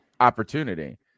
opportunity